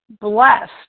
blessed